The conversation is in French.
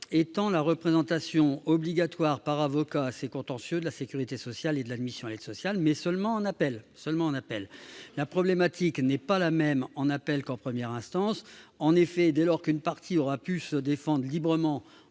étend la représentation obligatoire par avocat à ces contentieux de la sécurité sociale et de l'admission à l'aide sociale, mais seulement en appel. La problématique n'est pas la même en appel qu'en première instance. En effet, dès lors qu'une partie aura pu se défendre librement